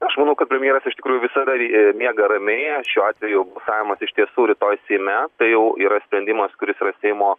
aš manau kad premjeras iš tikrųjų visada ir miega ramiai šiuo atveju balsavimas iš tiesų rytoj seime tai jau yra sprendimas kuris yra seimo